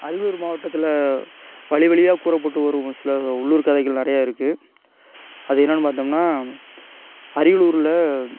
அரியலூர் மாவட்டத்தில் வழிவழியாக கூறப்பட்டு வரும் சில உள்ளூர் கதைகள் நிறைய இருக்கு அது என்னென்னு பார்த்தோம்னா அரியலூரில்